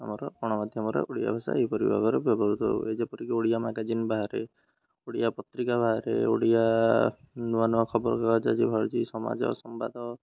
ଆମର ଗଣମାଧ୍ୟମରେ ଓଡ଼ିଆ ଭାଷା ଏହିପରି ଭାବରେ ବ୍ୟବହୃତ ହୁଏ ଯେପରିକି ଓଡ଼ିଆ ମ୍ୟାଗାଜିନ୍ ବାହାରେ ଓଡ଼ିଆ ପତ୍ରିକା ବାହାରେ ଓଡ଼ିଆ ନୂଆ ନୂଆ ଖବରକାଗଜ ଆଜି ବାହାରୁଛି ସମାଜ ସମ୍ବାଦ